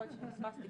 יכול להיות שפספסתי